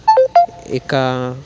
ఇక